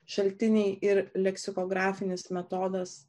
šaltiniai ir leksikografinis metodas